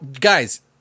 guys –